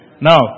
Now